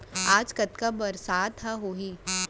आज कतका बरसात ह होही?